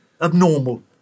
abnormal